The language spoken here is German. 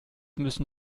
müssen